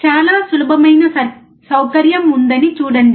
చాలా సులభమైన సౌకర్యం ఉందని చూడండి